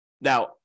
Now